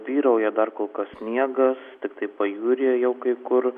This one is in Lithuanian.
vyrauja dar kol kas sniegas tiktai pajūryje jau kai kur